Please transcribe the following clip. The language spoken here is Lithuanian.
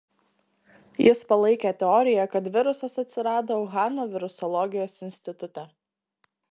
jis palaikė teoriją kad virusas atsirado uhano virusologijos institute